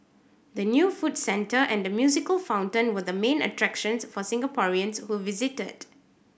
the new food centre and the musical fountain were the main attractions for Singaporeans who visited